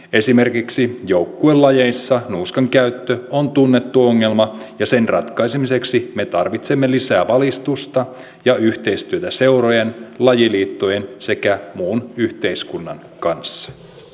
esimerkiksi joukkuelajeissa nuuskan käyttö on tunnettu ongelma ja sen ratkaisemiseksi me tarvitsemme lisää valistusta ja yhteistyötä seurojen lajiliittojen sekä muun yhteiskunnan kanssa